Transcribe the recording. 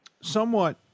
Somewhat